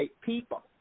people